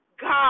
God